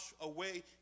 away